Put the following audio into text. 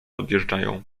odjeżdżają